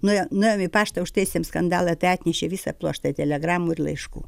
nuėjom nuėjom į paštą užtaisėm skandalą tai atnešė visą pluoštą telegramų ir laiškų